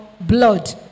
blood